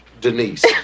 Denise